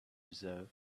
reserve